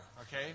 okay